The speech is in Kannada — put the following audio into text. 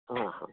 ಹಾಂ ಹಾಂ